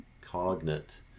cognate